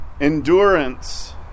Endurance